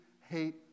hate